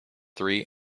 three